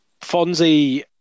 Fonzie